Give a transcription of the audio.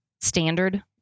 standard